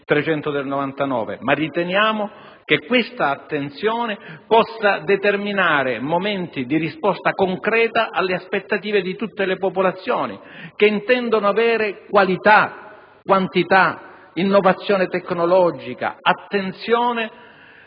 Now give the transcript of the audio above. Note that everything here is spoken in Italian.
Riteniamo, però, che questa attenzione possa determinare momenti di risposta concreta alle aspettative di tutte le popolazioni che intendono avere qualità, quantità, innovazione tecnologica, attenzione